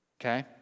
okay